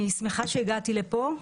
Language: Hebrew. אני שמחה שהגעתי לפה.